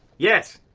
yes!